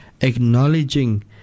acknowledging